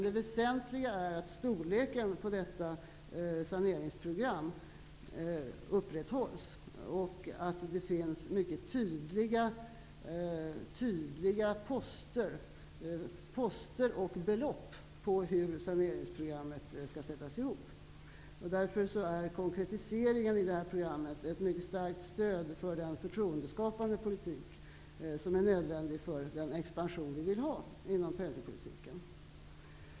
Det väsentliga är att storleken på detta saneringsprogram upprätthålls och att det finns mycket tydliga poster och belopp som visar hur saneringsprogrammet skall sättas ihop. Därför är konkretiseringen i programmet ett mycket starkt stöd för den förtroendeskapande politik som är nödvändig för den expansion vi vill ha inom penningpolitiken.